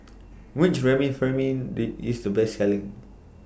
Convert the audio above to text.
Which Remifemin IS The Best Selling